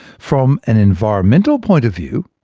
from an environmental point of view,